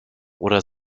oder